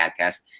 podcast